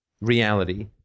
reality